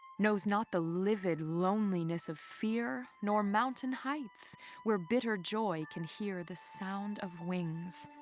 knows not the liveried loneliness of fear, nor mountain heights where bitter joy can hear the sound of wings.